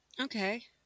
Okay